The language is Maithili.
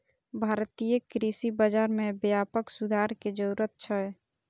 भारतीय कृषि बाजार मे व्यापक सुधार के जरूरत छै